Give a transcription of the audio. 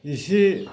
इसे